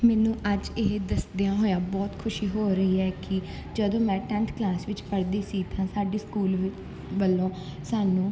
ਮੈਨੂੰ ਅੱਜ ਇਹ ਦੱਸਦਿਆਂ ਹੋਇਆਂ ਬਹੁਤ ਖੁਸ਼ੀ ਹੋ ਰਹੀ ਹੈ ਕਿ ਜਦੋਂ ਮੈਂ ਟੈਨਥ ਕਲਾਸ ਵਿੱਚ ਪੜ੍ਹਦੀ ਸੀ ਤਾਂ ਸਾਡੇ ਸਕੂਲ ਵਿੱ ਵੱਲੋਂ ਸਾਨੂੰ